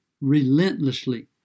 relentlessly